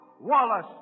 Wallace